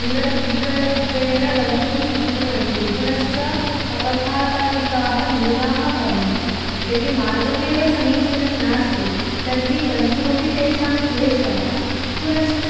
निरर्गलत्वेन गन्तुं शक्नुवन्ति पुनश्च अपघातादिकाः न्यूनाः भवन्ति यदि मार्गमेव समीचीनं नास्ति तर्हि गन्तुमपि तेषां क्लेशः पुनश्च